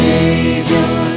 Savior